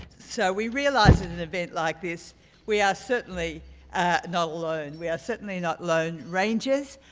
so we realize at an event like this we are certainly not alone. we are certainly not lone rangers.